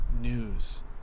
news